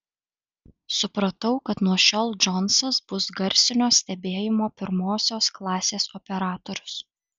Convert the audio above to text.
supratau kad nuo šiol džonsas bus garsinio stebėjimo pirmosios klasės operatorius